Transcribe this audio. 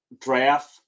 draft